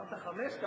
אמרת חמש דקות.